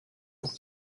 pour